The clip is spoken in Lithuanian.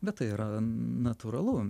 bet tai yra natūralu